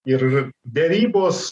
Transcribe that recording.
ir derybos